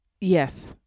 Yes